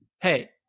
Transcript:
Hey